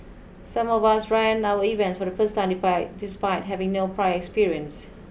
some of us ran our events for the first time despite having no prior experience